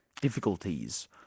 difficulties